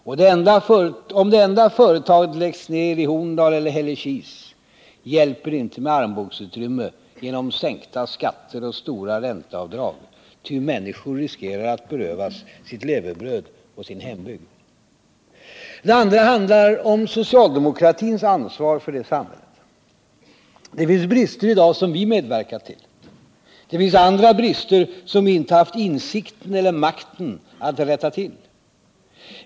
Om det enda företaget läggs ner i Horndal eller Hällekis hjälper det inte med armbågsutrymme genom sänkta skatter och stora ränteavdrag, ty människor riskerar att berövas sitt levebröd och sin hembygd. Den andra handlar om socialdemokratins ansvar för detta samhälle. Det finns brister i dag som vi medverkat till. Det finns andra brister som vi inte har haft insikten eller makten att rätta till.